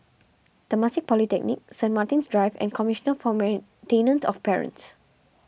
Temasek Polytechnic Saint Martin's Drive and Commissioner for Maintenance of Parents